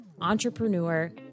entrepreneur